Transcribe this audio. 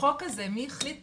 החוק הזה, מי החליט